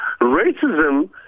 Racism